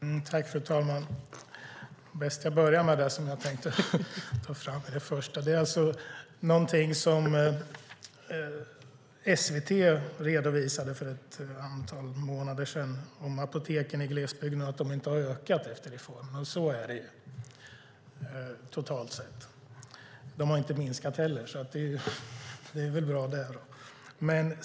Fru talman! Det är bäst att jag börjar med det jag tänkte ta upp i min första replik. Det gäller alltså någonting SVT redovisade för ett antal månader sedan om apoteken i glesbygden, nämligen att de inte har ökat efter reformen. Så är det, totalt sett. De har dock inte minskat heller, och det är väl bra.